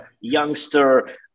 Youngster